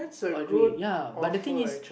all the way ya but the thing is